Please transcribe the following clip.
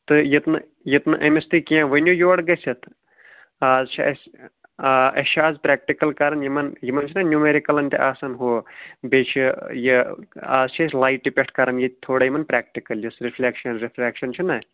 تہٕ یِتہٕ نہٕ یِتہٕ نہٕ أمِس تُہۍ کیٚنٛہہ ؤنِو یور گٔژھِتھ آز چھِ اَسہِ آ اَسہِ چھِ آز پرٛٮ۪کٹِکٕل کَرَن یِمن یِمَن چھُنہ نیوٗمٮ۪رِکلَن تہِ آسَن ہُہ بیٚیہِ چھِ یہِ آز چھِ أسۍ لایٹہِ پٮ۪ٹھ کَرَن ییٚتہِ تھوڑا یِمَن پرٛٮ۪کٹِکٕل یُس رِفلٮ۪کشَن رِفرٮ۪کشَن چھُنہ